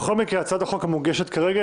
בכל מקרה הצעת החוק המוגשת כרגע,